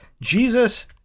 Jesus